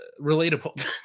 relatable